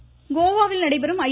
கால்பந்து கோவாவில் நடைபெறும் ஐ